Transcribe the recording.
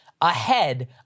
ahead